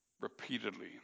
repeatedly